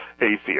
atheist